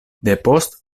depost